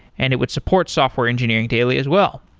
and it would support software engineering daily as well.